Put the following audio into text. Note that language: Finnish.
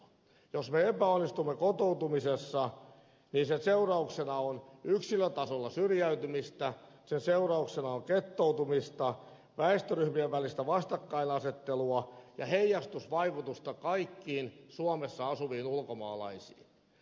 jos me epäonnistumme kotoutumisessa niin sen seurauksena on yksilötasolla syrjäytymistä sen seurauksena on gettoutumista väestöryhmien välistä vastakkainasettelua ja heijastusvaikutusta kaikkiin suomessa asuviin ulkomaalaisiin